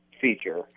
feature